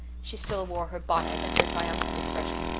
she still wore her bonnet and her triumphant expression.